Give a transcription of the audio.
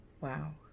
Wow